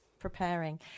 Preparing